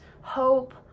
hope